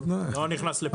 אני לא נכנס לפוליטיקה.